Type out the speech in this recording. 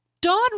Don